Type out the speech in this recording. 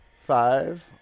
five